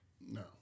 No